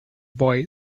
boy